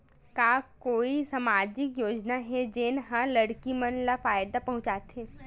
का कोई समाजिक योजना हे, जेन हा लड़की मन ला फायदा पहुंचाथे?